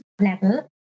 level